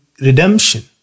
redemption